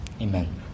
Amen